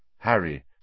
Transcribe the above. Harry